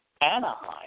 Anaheim